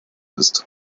ist